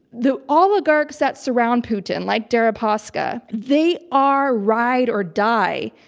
the oligarchs that surround putin, like deripaska, they are ride or die.